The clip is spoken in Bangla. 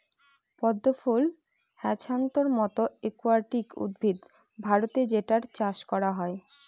পদ্ম ফুল হ্যাছান্থর মতো একুয়াটিক উদ্ভিদ ভারতে যেটার চাষ করা হয়